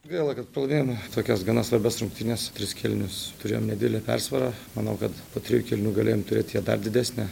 gaila kad pralaimėjome tokias gana svarbias rungtynes tris kėlinius turėjom nedidelę persvarą manau kad po trijų kėlinių galėjom turėti ją dar didesnę